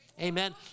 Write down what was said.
Amen